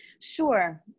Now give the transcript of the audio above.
Sure